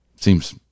seems